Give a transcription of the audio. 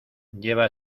lleva